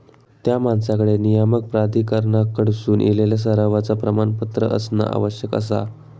त्या माणसाकडे नियामक प्राधिकरणाकडसून इलेला सरावाचा प्रमाणपत्र असणा आवश्यक आसा